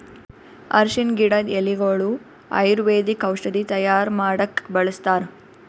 ಅರ್ಷಿಣ್ ಗಿಡದ್ ಎಲಿಗೊಳು ಆಯುರ್ವೇದಿಕ್ ಔಷಧಿ ತೈಯಾರ್ ಮಾಡಕ್ಕ್ ಬಳಸ್ತಾರ್